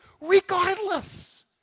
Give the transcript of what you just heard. regardless